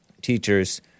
teachers